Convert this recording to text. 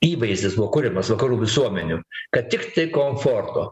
įvaizdis buvo kuriamas vakarų visuomenių kad tiktai komforto